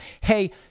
Hey